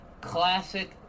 Classic